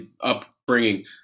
upbringing